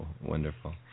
Wonderful